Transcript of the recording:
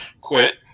quit